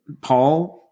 Paul